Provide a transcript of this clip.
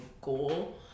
goal